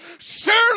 Surely